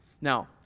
Now